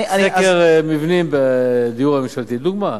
סקר מבנים בדיור הממשלתי, לדוגמה.